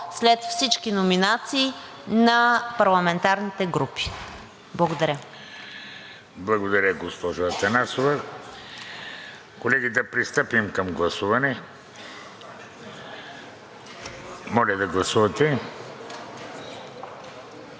след всички номинации на парламентарните групи. Благодаря. ПРЕДСЕДАТЕЛ ВЕЖДИ РАШИДОВ: Благодаря, госпожо Атанасова. Колеги, да пристъпим към гласуване. Моля да гласувате.